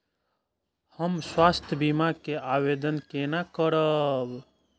हम स्वास्थ्य बीमा के आवेदन केना करब?